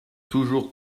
toujours